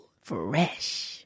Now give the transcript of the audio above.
fresh